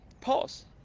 pause